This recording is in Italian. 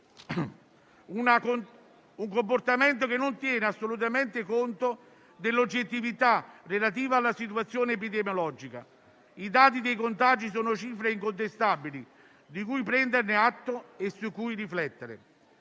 un comportamento che non tiene assolutamente conto dell'oggettività relativa alla situazione epidemiologica. I dati dei contagi sono cifre incontestabili di cui prendere atto e su cui riflettere.